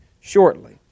shortly